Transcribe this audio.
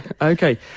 okay